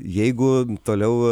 jeigu toliau